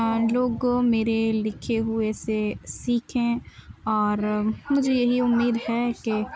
لوگ میرے لکھے ہوئے سے سیکھیں اور مجھے یہی امید ہے کہ